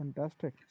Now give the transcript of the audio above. Fantastic